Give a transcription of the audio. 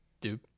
Dude